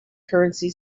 currency